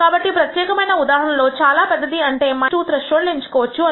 కాబట్టి ఈ ప్రత్యేకమైన ఉదాహరణ లో చాలా పెద్దది అంటే మనము 2 త్రెష్హోల్డ్ ఎంచుకోవచ్చు అని